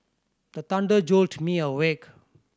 the thunder jolt me awake